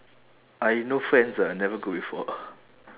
I no friends ah I never go before ah